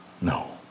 No